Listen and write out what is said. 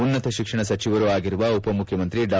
ಉನ್ನತ ಶಿಕ್ಷಣ ಸಚಿವರೂ ಆಗಿರುವ ಉಪಮುಖ್ಯಮಂತ್ರಿ ಡಾ